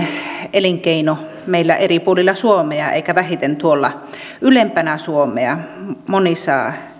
elinkeino meillä eri puolilla suomea eikä vähiten tuolla ylempänä suomea moni saa